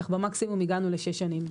כך שבמקסימום הגענו לשש שנים.